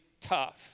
tough